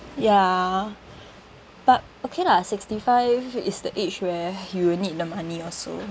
ya but okay lah sixty-five is the age where you will need the money also